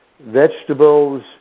vegetables